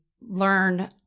learn